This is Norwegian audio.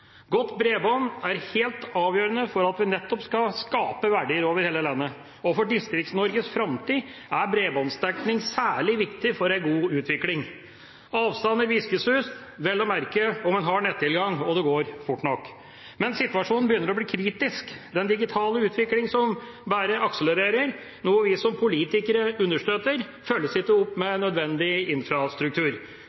Godt bredbånd er helt avgjørende for at vi nettopp skal skape verdier over hele landet. For Distrikts-Norges framtid er bredbåndsdekning særlig viktig for en god utvikling. Avstander viskes ut, vel å merke om en har nettilgang og det går fort nok. Men situasjonen begynner å bli kritisk. Den digitale utvikling, som bare akselerer, noe vi som politikere understøtter, følges ikke opp med